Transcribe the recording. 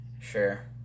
sure